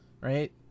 right